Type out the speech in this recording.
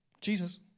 Jesus